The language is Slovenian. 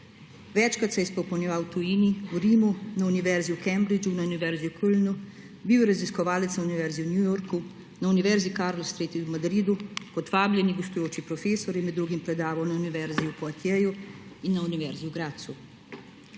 Večkrat se je izpopolnjeval v tujini, v Rimu, na univerzi v Cambridgeu, na univerzi v Kölnu, bil je raziskovalec na univerzi v New Yorku, na univerzi Carlos III v Madridu, kot vabljeni gostujoči profesor je med drugim predaval na univerzi v Poitiersu in na univerzi v Gradcu.